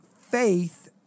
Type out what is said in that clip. faith